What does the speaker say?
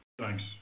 Thanks